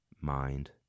mind